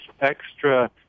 extra